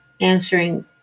answering